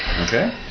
Okay